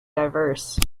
diverse